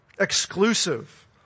exclusive